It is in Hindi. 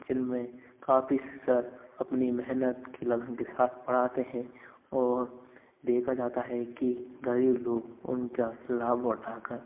जिनमें काफी सर अपनी मेहनत की लगन के साथ पढ़ाते हैं और देखा जाता है कि गरीब लोग उनका लाभ उठाकर